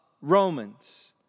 Romans